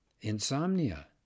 Insomnia